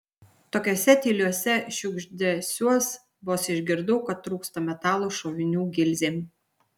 tokiuose tyliuose šiugždesiuos vos išgirdau kad trūksta metalo šovinių gilzėm